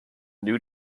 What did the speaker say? new